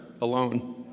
alone